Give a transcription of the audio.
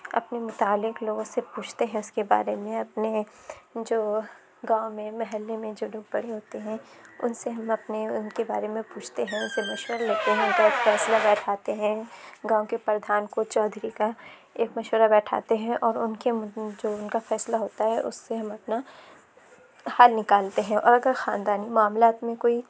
اپنے متعلق لوگوں سے پوچھتے ہیں اُس کے بارے میں اپنے جو گاؤں میں محلے میں جو لوگ بڑے ہوتے ہیں اُن سے ہم اپنے اُن کے بارے میں پوچھتے ہیں اُن سے مشورہ لیتے ہیں کہ آپ کیسے گاؤں کے پردھان کو چودھری کا ایک مشورہ بیٹھاتے ہیں اور اُن کے جو اُن کا فیصلہ ہوتا ہے اُس سے ہم اپنا حل نکالتے ہیں اور اگر خاندانی معاملات میں کوئی